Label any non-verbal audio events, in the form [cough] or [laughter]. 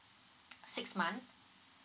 [noise] six month